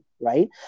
right